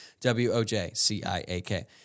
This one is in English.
W-O-J-C-I-A-K